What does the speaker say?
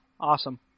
Awesome